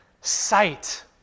sight